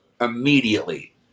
immediately